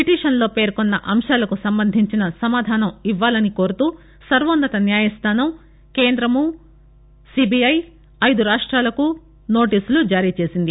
పిటిషన్లో పేర్కొన అంశాలకు సంబంధించిన సమాధానం ఇవ్వాలని కోరుతూ సర్వోన్నత న్యాయస్థానం కేందం సీబీఐ ఐదు రాష్ట్రాలకు నోటీసులు జారీ చేసింది